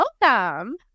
Welcome